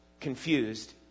confused